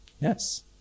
Yes